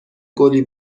گلی